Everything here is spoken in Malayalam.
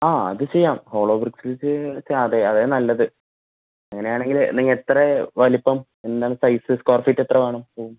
ആ അത് ചെയ്യാം ഹോളോ ബ്രിക്സിൽ അതേ അതെ നല്ലത് അങ്ങനെയാണെങ്കിൽ നിങ്ങൾ എത്ര വലിപ്പം എന്താണ് സൈസ് സ്ക്ക്വയർ ഫീറ്റ് എത്ര വേണം